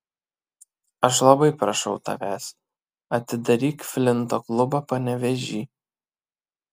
aš labai prašau tavęs atidaryk flinto klubą panevėžy